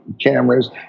cameras